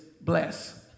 bless